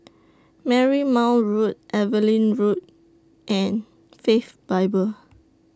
Marymount Road Evelyn Road and Faith Bible